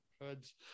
hoods